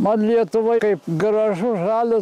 man lietuvoj kaip gražu žalia